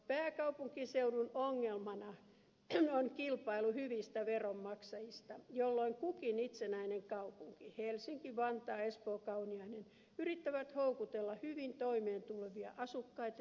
pääkaupunkiseudun ongelmana on kilpailu hyvistä veronmaksajista jolloin kukin itsenäinen kaupunki helsinki vantaa espoo kauniainen yrittää houkutella hyvin toimeentulevia asukkaita ja perheitä